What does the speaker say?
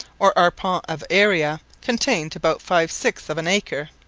or arpent of area, contained about five-sixths of an acre.